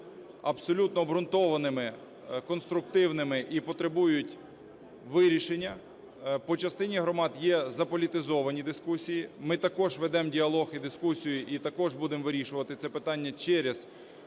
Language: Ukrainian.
абсолютно обґрунтованими, конструктивними і потребують вирішення. По частині громад є заполітизовані дискусії. Ми також ведемо діалог і дискусію, і також будемо вирішувати це питання через